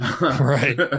Right